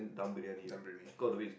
dum Briyani